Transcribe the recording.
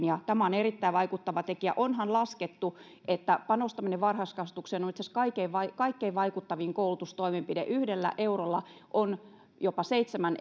ja tämä on erittäin vaikuttava tekijä onhan laskettu että panostaminen varhaiskasvatukseen on itse asiassa kaikkein vaikuttavin koulutustoimenpide yhdellä eurolla on jopa seitsemän